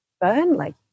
Burnley